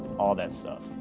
all that stuff.